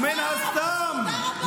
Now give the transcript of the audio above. ומן הסתם,